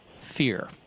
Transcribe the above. Fear